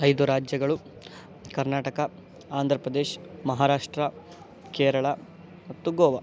ಐದು ರಾಜ್ಯಗಳು ಕರ್ನಾಟಕ ಆಂಧ್ರ ಪ್ರದೇಶ್ ಮಹಾರಾಷ್ಟ್ರ ಕೇರಳ ಮತ್ತು ಗೋವಾ